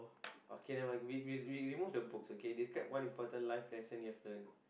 okay never mind we we we remove the books okay describe one important life lesson you've learnt